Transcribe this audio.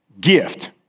gift